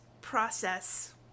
process